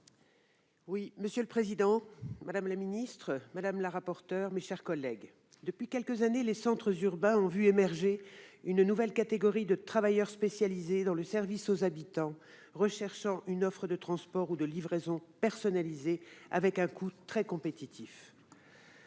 Monsieur le président, madame la ministre, mes chers collègues, depuis quelques années, les centres urbains ont vu émerger une nouvelle catégorie de travailleurs, spécialisés dans le service aux habitants recherchant une offre de transport ou de livraison personnalisée à coût très compétitif.